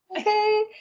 Okay